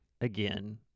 again